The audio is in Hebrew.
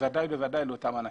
בוודאי ובוודאי לאותם אנשים.